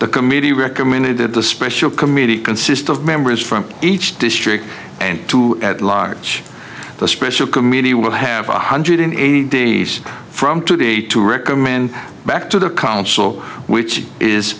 the committee recommended the special committee consist of members from each district and two at large the special committee will have one hundred eighty days from today to recommend back to the council which is